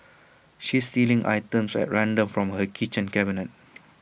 she's stealing items at random from her kitchen cabinet